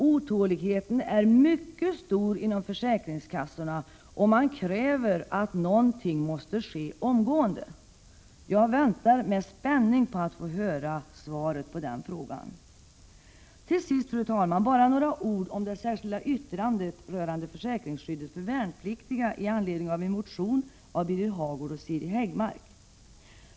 Otåligheten är mycket stor inom försäkringskassorna, och man kräver att någonting skall ske omgående. Jag väntar med spänning på svaret på den frågan. Till sist, fru talman, bara någar ord om det särskilda yttrandet rörande försäkringsskyddet för värnpliktiga med anledning av en motion av Birger Hagård och Siri Häggmark.